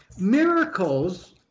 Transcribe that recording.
miracles